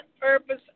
purpose